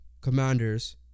Commanders